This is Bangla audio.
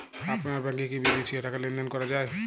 আপনার ব্যাংকে কী বিদেশিও টাকা লেনদেন করা যায়?